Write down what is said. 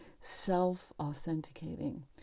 self-authenticating